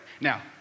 Now